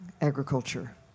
agriculture